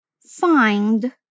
find